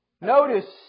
Notice